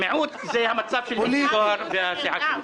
"מיעוט" זה המצב של מיקי זוהר והסיעה שלו.